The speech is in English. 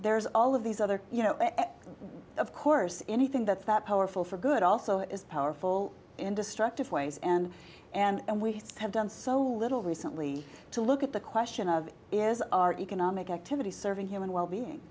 there's all of these other you know of course anything that that powerful for good also is powerful and destructive ways and and we have done so little recently to look at the question of is our economic activity serving human well being